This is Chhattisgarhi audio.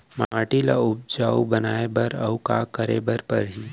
माटी ल उपजाऊ बनाए बर अऊ का करे बर परही?